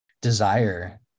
desire